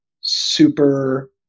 super